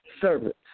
servants